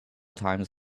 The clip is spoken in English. times